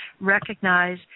recognize